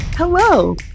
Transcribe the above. Hello